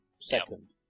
Second